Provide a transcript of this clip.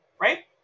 right